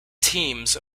teams